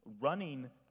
running